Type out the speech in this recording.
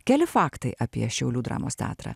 keli faktai apie šiaulių dramos teatrą